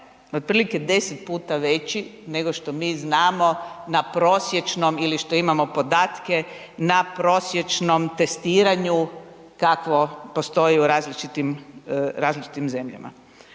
otprilike 10 puta veći nego što mi znamo na prosječnom ili što imamo podatke, na prosječnom testiranju kakvo postoji u različitim zemljama.